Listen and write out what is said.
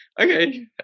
okay